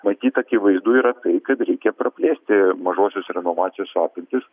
matyt akivaizdu yra tai kad reikia praplėsti mažosios renovacijos apimtis